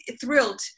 thrilled